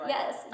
Yes